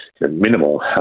minimal